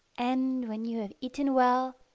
and when you have eaten well,